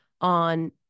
on